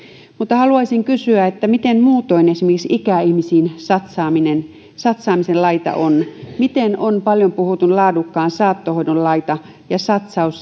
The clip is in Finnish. mutta haluaisin kysyä miten muutoin esimerkiksi ikäihmisiin satsaamisen satsaamisen laita on miten on paljon puhutun laadukkaan saattohoidon laita ja